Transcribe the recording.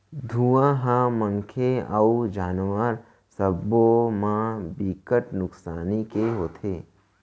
धुंआ ह मनखे अउ जानवर सब्बो म बिकट नुकसानी के होथे